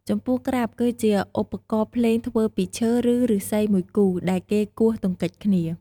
ចំពោះក្រាប់ គឺជាឧបករណ៍ភ្លេងធ្វើពីឈើ ឬឫស្សីមួយគូ ដែលគេគោះទង្គិចគ្នា។